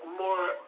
more